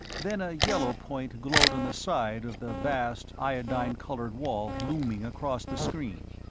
then a yellow point glowed on the side of the vast iodine-colored wall looming across the screen.